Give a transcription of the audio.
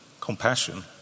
compassion